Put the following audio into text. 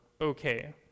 okay